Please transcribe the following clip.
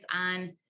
on